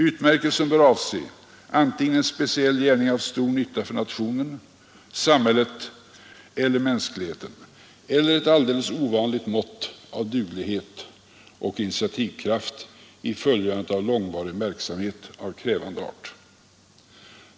Utmärkelsen bör avse antingen en speciell gärning av stor nytta för nationen, samhället eller mänskligheten eller ett alldeles ovanligt mått av duglighet och initiativkraft i fullgörandet av långvarig verksamhet av krävande art.